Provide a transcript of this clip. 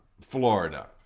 Florida